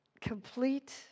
complete